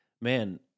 Man